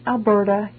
Alberta